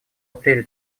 апреле